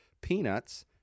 peanuts